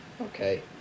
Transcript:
okay